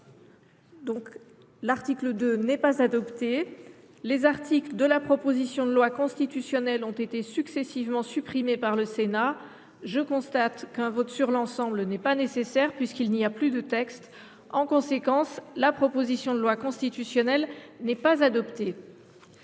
Sénat n’a pas adopté. Les deux articles de la proposition de loi constitutionnelle ayant été successivement supprimés par le Sénat, je constate qu’un vote sur l’ensemble n’est pas nécessaire puisqu’il n’y a plus de texte. En conséquence, la proposition de loi constitutionnelle instaurant